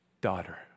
daughter